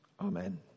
Amen